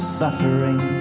suffering